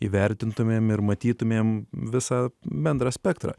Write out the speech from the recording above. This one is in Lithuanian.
įvertintumėm ir matytumėm visą bendrą spektrą